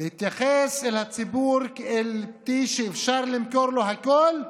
ולהתייחס אל הציבור כאל פתי שאפשר למכור לו הכול,